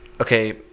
okay